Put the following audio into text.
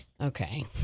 Okay